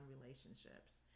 relationships